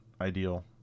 ideal